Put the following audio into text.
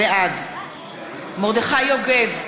בעד מרדכי יוגב,